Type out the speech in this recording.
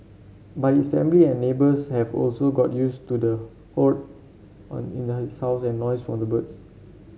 but his family and neighbours have also got used to the hoard on in his house and noise from the birds